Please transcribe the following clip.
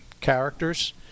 characters